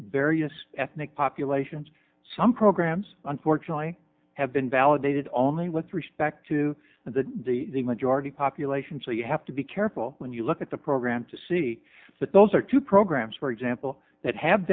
various ethnic populations some programs unfortunately have been validated all mean with respect to the the majority population so you have to be careful when you look at the program to see that those are two programs for example that have